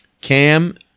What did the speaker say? Cam